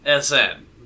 SN